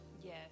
Yes